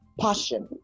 passion